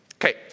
Okay